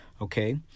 Okay